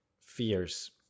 fears